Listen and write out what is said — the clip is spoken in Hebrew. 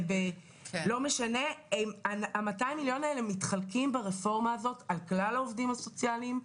200 המיליון האלה מתחלקים ברפורמה הזאת על כלל העובדים הסוציאליים,